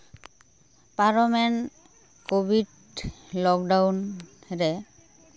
ᱯᱟᱨᱚᱢᱮᱱ Covid lockdown ᱨᱮ